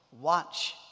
watch